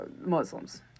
Muslims